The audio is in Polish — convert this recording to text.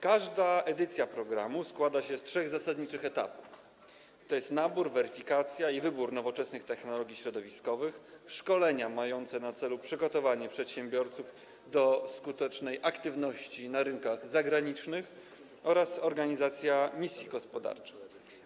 Każda edycja programu składa się z trzech zasadniczych etapów: naboru, weryfikacji i wyboru nowoczesnych technologii środowiskowych, szkoleń mających na celu przygotowanie przedsiębiorców do skutecznej aktywności na rynkach zagranicznych oraz organizacji misji gospodarczej.